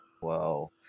Whoa